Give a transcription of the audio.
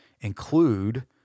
include